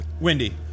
Wendy